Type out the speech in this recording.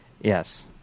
Yes